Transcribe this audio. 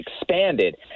expanded